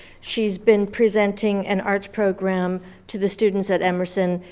she's been presenting an arts program to the students at emerson.